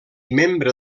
membre